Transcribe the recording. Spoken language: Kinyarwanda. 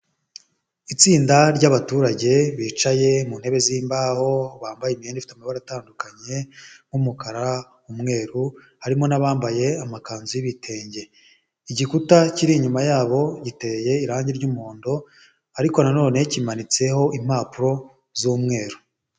Itsinda ry'abaturage bicaye mu ntebe z'imbaho, bambaye imyenda ifite amabara atandukanye nk'umukara, umweru harimo n'abambaye amakanzu y'ibitenge, igikuta kiri inyuma yabo giteye irangi ry'umuhondo ariko na nonene kimanitseho impapuro z'umweru.